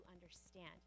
understand